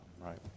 right